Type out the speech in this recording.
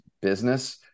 business